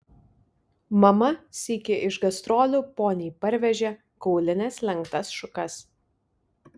mama sykį iš gastrolių poniai parvežė kaulines lenktas šukas